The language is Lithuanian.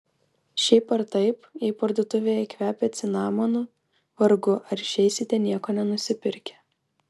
šiaip ar taip jei parduotuvėje kvepia cinamonu vargu ar išeisite nieko nenusipirkę